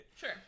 Sure